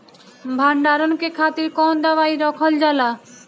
भंडारन के खातीर कौन दवाई रखल जाला?